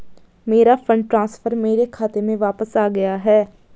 मेरा fund transfer मेरे खाते में वापस आ गया है